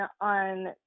on